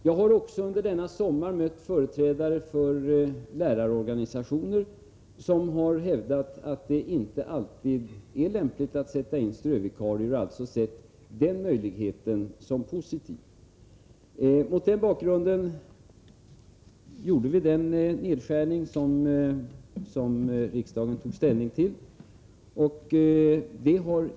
Jag har också under denna sommar mött företrädare för lärarorganisationer som har hävdat att det inte alltid är lämpligt att sätta in strövikarier och alltså sett den möjligheten som positiv. Mot den bakgrunden gjorde vi den nedskärning som riksdagen tog ställning till.